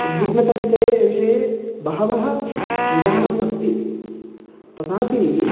उद्विग्नता कृते विषये बहवः निदानम् अस्ति तथापि